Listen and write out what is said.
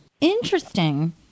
Interesting